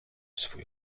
swój